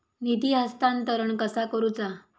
निधी हस्तांतरण कसा करुचा?